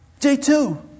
J2